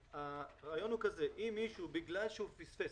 הרעיון הוא שאם מישהו בגלל שהוא פספס,